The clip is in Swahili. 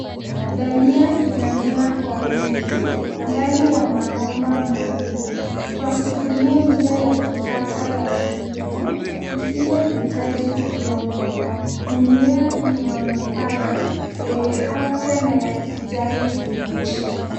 Dania inamea kwa wingi ndani ya mabomba maalum kwa kutumia njia ya kisasa ya kilimo isiyohitaji udongo. Mimea inaonekana yenye afya na ya kijani kibichi.